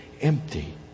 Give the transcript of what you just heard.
empty